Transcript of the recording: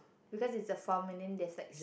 because it's a farm and then there's like s~